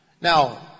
Now